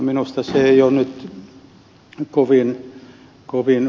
minusta se ei ole nyt kovin vakuuttavaa